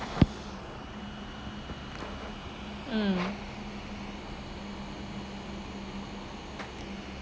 mm